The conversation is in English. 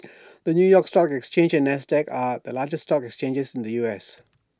the new york stock exchange and Nasdaq are the largest stock exchanges in the U S